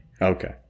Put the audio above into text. Okay